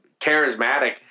charismatic